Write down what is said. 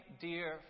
dear